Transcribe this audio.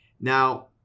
now